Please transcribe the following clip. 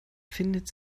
findet